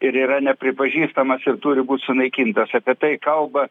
ir yra nepripažįstamas ir turi būt sunaikintas apie tai kalba